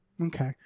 okay